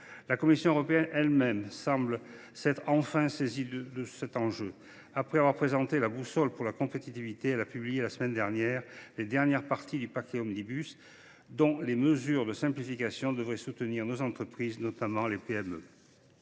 La Commission européenne elle même semble s’être enfin saisie de cet enjeu. Après avoir présenté sa « boussole pour la compétitivité », elle a publié la semaine dernière les premiers éléments du paquet législatif omnibus, dont les mesures de simplification devront soutenir nos entreprises, notamment les PME.